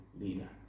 leader